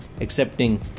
accepting